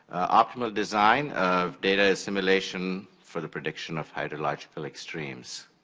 optimal design of data assimilation for the prediction of hydrological extremes.